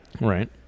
Right